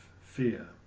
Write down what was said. fear